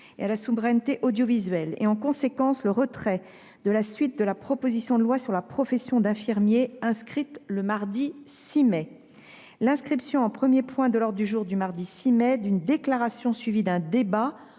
et à la souveraineté audiovisuelle, et, en conséquence, le retrait de la suite de la proposition de loi sur la profession d’infirmier inscrite le mardi 6 mai ; l’inscription en premier point de l’ordre du jour du mardi 6 mai d’une déclaration suivie d’un débat,